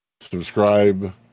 subscribe